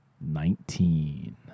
Nineteen